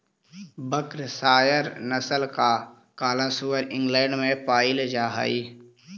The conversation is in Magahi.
वर्कशायर नस्ल का काला सुअर इंग्लैण्ड में पायिल जा हई